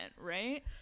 right